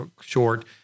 short